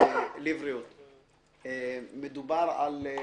מדובר, אמרת,